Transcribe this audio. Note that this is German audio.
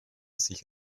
sich